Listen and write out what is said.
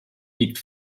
liegt